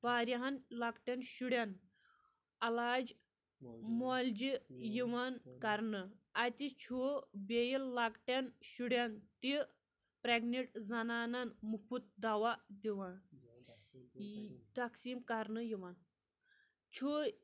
واریاہَن لۄکٹیٚن شُرین علاج مولۍجہٕ یِوان کرنہٕ اَتہِ چھُ بیٚیہِ لۄکٕٹیٚن شُریٚن تہِ پریگننٹ زَنانَن مُفُت دَوہ دِوان تقسیٖم کرنہٕ یِوان چھُ